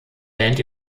band